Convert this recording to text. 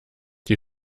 die